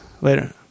Later